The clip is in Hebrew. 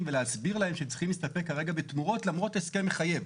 ולהסביר להם שהם צריכים להסתפק כרגע בתמורות למרות הסכם מחייב.